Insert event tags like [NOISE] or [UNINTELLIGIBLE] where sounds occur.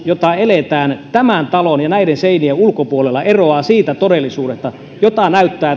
jota eletään tämän talon ja näiden seinien ulkopuolella eroaa siitä todellisuudesta jota näyttää [UNINTELLIGIBLE]